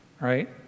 right